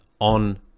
on